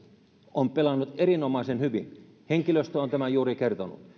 on pelannut erinomaisen hyvin henkilöstö on tämän juuri kertonut